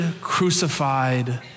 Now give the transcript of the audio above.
crucified